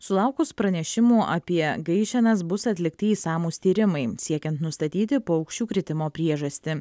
sulaukus pranešimų apie gaišenas bus atlikti išsamūs tyrimai siekiant nustatyti paukščių kritimo priežastį